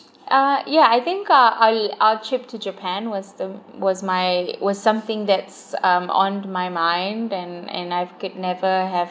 uh ya I think uh I our trip to japan was the was my was something that's um on my mind and and I've could never have